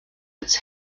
its